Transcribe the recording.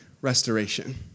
restoration